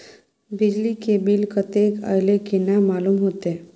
बिजली के बिल कतेक अयले केना मालूम होते?